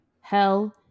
hell